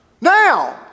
now